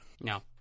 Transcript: No